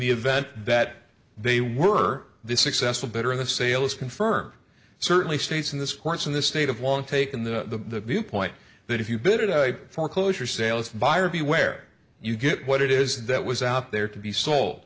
the event that they were they successful better in the sales confirm certainly states in this course in the state of long taken the viewpoint that if you build a foreclosure sales buyer beware you get what it is that was out there to be sold